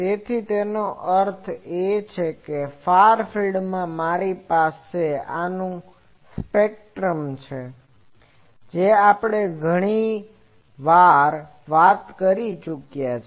તેથી તેનો અર્થ એ કે ફાર ફિલ્ડમાં મારી પાસે આનું સ્પેક્ટ્રમ છે જે આપણે ઘણી વાર વાત કરી ચૂક્યા છે